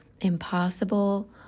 impossible